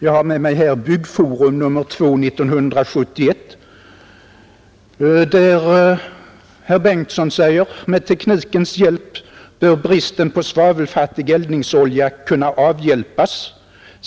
Jag har här med mig Byggforum nr 2 år 1971, där herr Bengtsson talar om bristen på svavelfattig eldningsolja och säger: ”Med teknikens hjälp bör detta kunna avhjälpas.